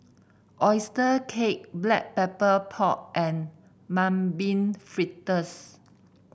oyster cake Black Pepper Pork and Mung Bean Fritters